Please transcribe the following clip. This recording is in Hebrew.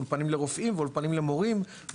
עם אולפנים לרופאים ואולפנים למורים,